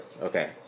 Okay